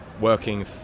working